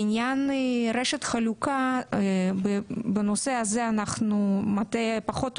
בעניין רשת החלוקה בנושא הזה המטה פחות עוסק,